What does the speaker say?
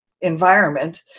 environment